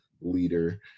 leader